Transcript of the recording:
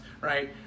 right